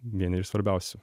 vieni iš svarbiausių